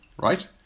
right